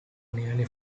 nearly